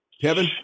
Kevin